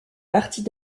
parties